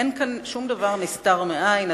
אין כאן שום דבר נסתר מהעין,